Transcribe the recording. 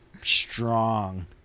strong